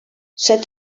set